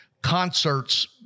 concerts